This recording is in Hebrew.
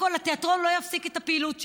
כדי שקודם כול התיאטרון לא יפסיק את הפעילות שלו,